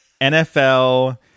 NFL